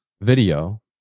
video